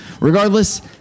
regardless